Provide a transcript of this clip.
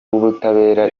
w’ubutabera